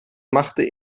machte